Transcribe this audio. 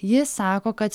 ji sako kad